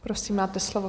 Prosím, máte slovo.